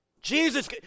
Jesus